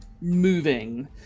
moving